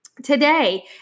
today